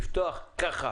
לפתוח ככה